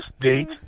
date